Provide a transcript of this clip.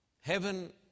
Heaven